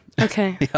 Okay